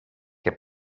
che